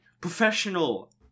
professional